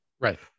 Right